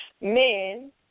men